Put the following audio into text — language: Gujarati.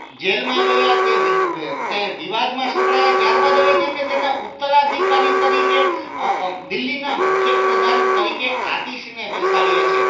જેલમાં ગયા તે વિક તે વિવાદમાં સપડાયા ત્યારબાદ હવે તેમને તેના ઉત્તરાધિકારી તરીકે દિલ્લીના મુખ્ય પ્રધાન તરીકે આતિશીને બેસાડ્યાં છે